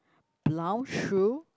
brown shoe